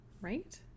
Right